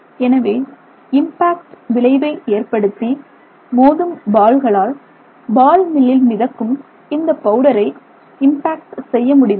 எனவே இம்பாக்ட் விளைவை ஏற்படுத்தி மோதும் பால்களால் பால் மில்லில் மிதக்கும் இந்த பவுடரை இம்பாக்ட் செய்ய முடிவதில்லை